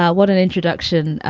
ah what an introduction,